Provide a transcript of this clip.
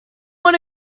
want